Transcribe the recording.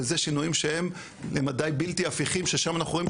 וזה שינויים שהם למדי בלתי הפיכים ששם אנחנו רואים,